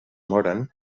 moren